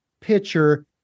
pitcher